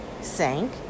Sank